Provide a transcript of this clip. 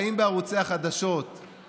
האם בערוצי החדשות,